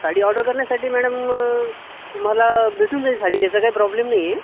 sari order करण्यासाठी madam तुम्हाला भेटून जाईल साडी त्याचा काही प्रॉब्लेम नाही आहे